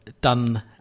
done